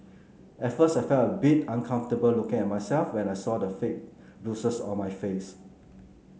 at first I felt a bit uncomfortable looking at myself when I saw the fake bruises on my face